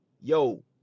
Yo